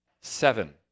seven